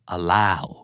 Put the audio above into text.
Allow